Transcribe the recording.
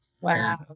Wow